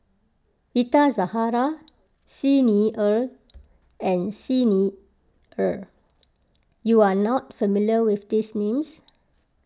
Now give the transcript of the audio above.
Rita Zahara Xi Ni Er and Xi Ni Er you are not familiar with these names